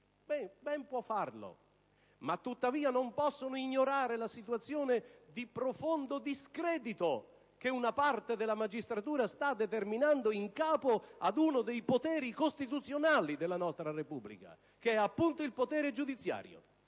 Possono farlo, ma tuttavia non possono ignorare la situazione di profondo discredito che una parte della magistratura sta determinando in capo ad uno dei poteri costituzionali della nostra Repubblica, che è appunto il potere giudiziario.